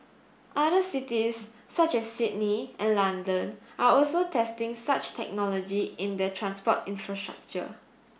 other cities such as Sydney and London are also testing such technology in their transport infrastructure